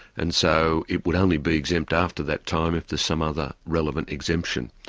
and so it would only be exempt after that time if there's some other relevant exemption.